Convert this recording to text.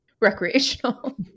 recreational